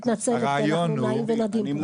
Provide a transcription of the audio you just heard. אני מתנצלת, אנחנו נעים ונדים.